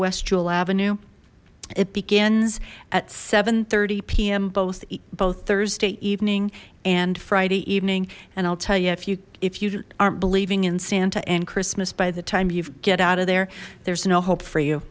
west jewel avenue it begins at seven thirty p m both both thursday evening and friday evening and i'll tell you if you if you aren't believing in santa and christmas by the time you've get out of there there's no hope for you